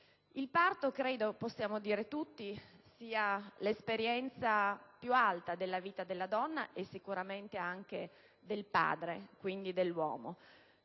di tipo diverso. Possiamo dire tutti che il parto è l'esperienza più alta della vita della donna e sicuramente anche del padre, quindi dell'uomo: